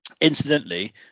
incidentally